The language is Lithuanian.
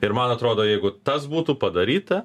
ir man atrodo jeigu tas būtų padaryta